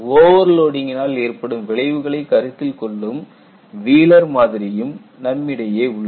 overloading கினால் ஏற்படும் விளைவுகளை கருத்தில் கொள்ளும் வீலர் மாதிரியும் நம்மிடையே உள்ளது